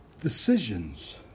Decisions